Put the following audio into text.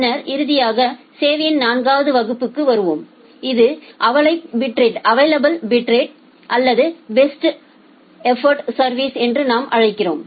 பின்னர் இறுதியாக சேவையின் நான்காவது வகுப்புக்கு வருவோம் இது அவைளபில் பிட்ரேட் அல்லது பெஸ்ட் எபோர்ட் சா்விஸ் என்று நாம் அழைக்கிறோம்